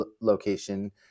location